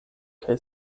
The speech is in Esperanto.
kaj